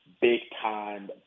big-time